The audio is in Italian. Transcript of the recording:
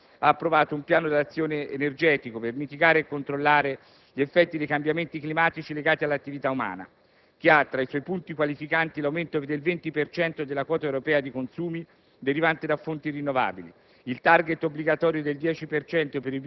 Il Vertice europeo della scorsa settimana ha approvato un Piano di azione energetico per mitigare e controllare gli effetti dei cambiamenti climatici legati all'attività umana che ha, tra i suoi punti qualificanti, l'aumento al 20 per cento della quota europea di consumi derivante da fonti rinnovabili,